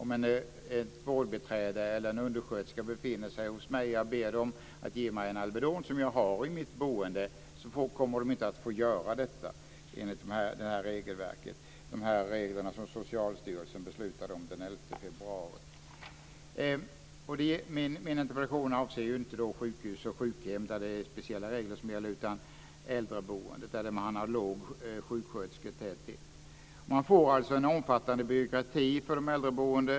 Om ett vårdbiträde eller en undersköterska befinner sig hos mig och jag ber dem att ge mig en Alvedon som jag har i mitt boende kommer de enligt de regler som Socialstyrelsen beslutade om den 11 februari inte att få göra det. Min interpellation avser inte sjukhus och sjukhem, där ju speciella regler gäller, utan det handlar om äldreboendet eller där det är låg sjukskötersketäthet. Det blir alltså en omfattande byråkrati för de äldreboende.